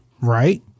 Right